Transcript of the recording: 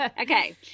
okay